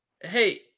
Hey